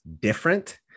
different